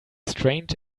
strange